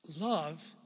Love